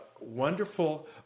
wonderful